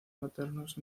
maternos